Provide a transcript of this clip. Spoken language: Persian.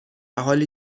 حالی